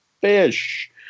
fish